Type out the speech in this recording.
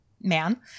man